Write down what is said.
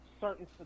certain